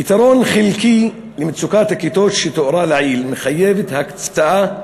פתרון חלקי של מצוקת הכיתות שתוארה לעיל מחייב הקצאה